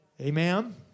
Amen